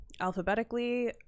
alphabetically